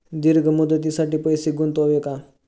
दीर्घ मुदतीसाठी पैसे गुंतवावे का?